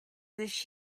this